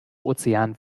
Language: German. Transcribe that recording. ozean